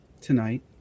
tonight